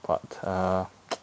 but err